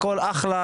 הכל אחלה,